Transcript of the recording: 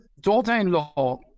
daughter-in-law